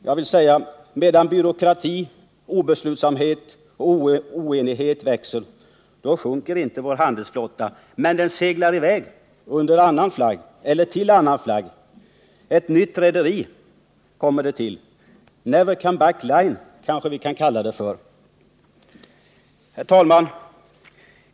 Jag vill säga: Medan byråkrati, obeslutsamhet och oenighet växer, då sjunker inte vår handelsflotta men den försäljs och seglar i väg under annan flagg — eller till annan flagg. Den kommer till ett nytt stort rederi — Never Come Back Line kan vi kalla det. Herr talman!